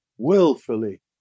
willfully